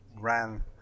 ran